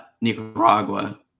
Nicaragua